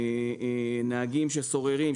נהגים סוררים,